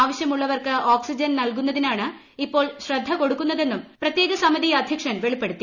ആവശ്യമുള്ളവർക്ക് ഓക്സിജൻ നൽകുന്നതിനാണ് ഇപ്പോൾ ശ്രദ്ധ കൊടുക്കുന്നതെന്നും പ്രത്യേക സമിതി അധ്യക്ഷൻ വെളിപ്പെടുത്തി